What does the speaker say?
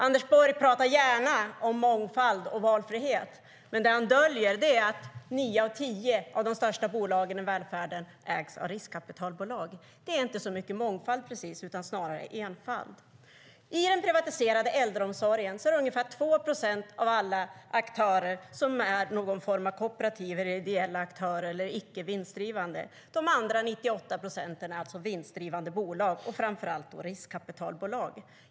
Anders Borg pratar gärna om mångfald och valfrihet, men han döljer att nio av tio av de största bolagen i välfärden ägs av riskkapitalbolag. Det är inte så mycket mångfald utan snarare enfald. I den privatiserade äldreomsorgen är ungefär 2 procent av alla aktörer någon form av kooperativ, ideella aktörer eller icke vinstdrivande aktörer. De andra 98 procenten är alltså vinstdrivande bolag, framför allt riskkapitalbolag.